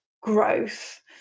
growth